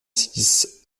six